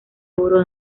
oro